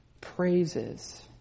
praises